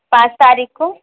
पाँच तारीख़ को